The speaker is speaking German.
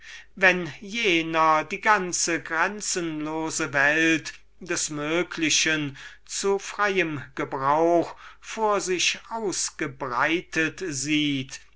wenn jener die ganze grenzenlose welt des möglichen zu freiem gebrauch vor sich ausgebreitet sieht